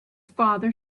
father